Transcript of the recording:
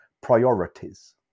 Priorities